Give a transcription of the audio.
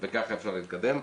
וככה אפשר להתקדם.